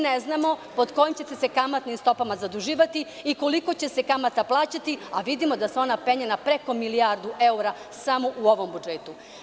Ne znamo pod kojim ćete se kamatama i stopama zaduživati i koliko će se kamata plaćati, a vidimo da se ona penje preko milijardu evra samo u ovom budžetu.